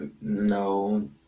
No